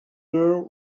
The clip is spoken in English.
girl